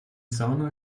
sauna